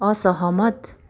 असहमत